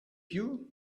you